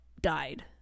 died